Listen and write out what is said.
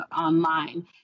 online